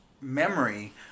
memory